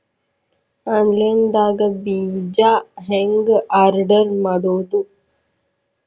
Online ದಾಗ ಬೇಜಾ ಹೆಂಗ್ ಆರ್ಡರ್ ಮಾಡೋದು?